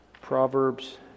Proverbs